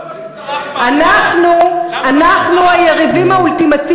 לא רק לו ממררים את החיים.